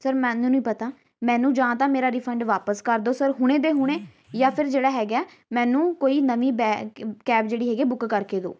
sir ਮੈਨੂੰ ਨਹੀਂ ਪਤਾ ਮੈਨੂੰ ਜਾਂ ਤਾਂ ਮੇਰਾ ਰਿਫੰਡ ਵਾਪਸ ਕਰ ਦਿਓ ਸਰ ਹੁਣੇ ਦੇ ਹੁਣੇ ਜਾਂ ਫਿਰ ਜਿਹੜਾ ਹੈਗਾ ਮੈਨੂੰ ਕੋਈ ਨਵੀਂ ਬੈਗ ਕੈਬ ਜਿਹੜੀ ਹੈਗੀ ਆ ਬੁੱਕ ਕਰਕੇ ਦਿਓ